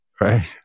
right